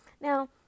Now